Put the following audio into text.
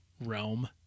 Realm